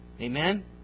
Amen